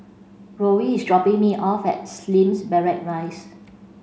Roel is dropping me off at Slim Barracks Rise